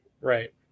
Right